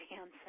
answer